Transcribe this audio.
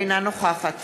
אינה נוכחת